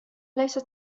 ليست